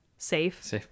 Safe